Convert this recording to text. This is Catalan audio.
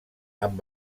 amb